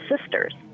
sisters